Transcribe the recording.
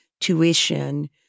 tuition